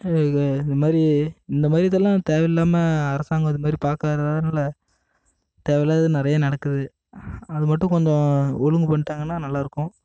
இதுமாதிரி இந்தமாதிரி இதெல்லாம் தேவையில்லாம அரசாங்க இதை மாதிரி பார்க்காதனால தேவையில்லாதது நிறைய நடக்குது அது மட்டும் கொஞ்சம் ஒழுங்கு பண்ணிட்டாங்கன்னா நல்லாயிருக்கும்